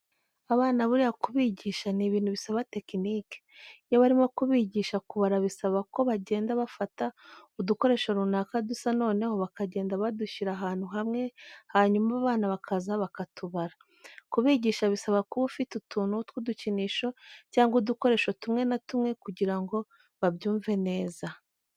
Abana buriya kubigisha ni ibintu bisaba tekenike. Iyo barimo kubigisha kubara bisaba ko bagenda bafata udukoresho runaka dusa noneho bakagenda badushyira ahantu hamwe hanyuma abana bakaza bakatubara. Kubigisha bisaba kuba ufite utuntu tw'udukinisho cyangwa udukoresho tumwe na tumwe kugira ngo babyumve neza.